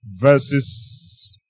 verses